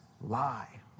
lie